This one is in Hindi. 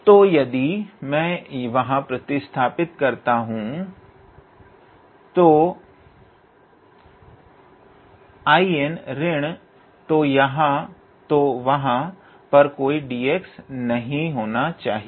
तो यदि मैं वहां प्रतिस्थापन करता हूं तो 𝐼𝑛 ऋण तो वहां पर कोई dx नहीं होना चाहिए